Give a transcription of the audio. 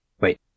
Wait